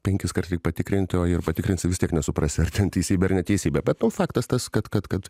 penkis kart reikia patikrint o ir patikrinsi vis tiek nesuprasi ar ten teisybė neteisybė bet nu faktas tas kad kad kad